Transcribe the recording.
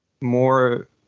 more